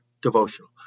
Devotional